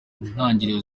ntangiriro